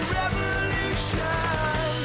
revolution